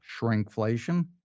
shrinkflation